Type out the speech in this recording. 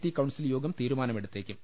T council യോഗം തീരുമാനമെടുത്തേക്കും